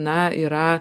na yra